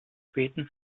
späten